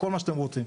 כל מה שאתם רוצים.